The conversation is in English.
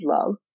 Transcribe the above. love